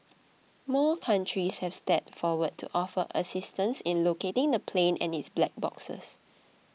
more countries have stepped forward to offer assistance in locating the plane and its black boxes